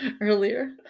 earlier